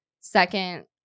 second